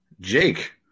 Jake